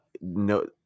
no